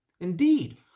Indeed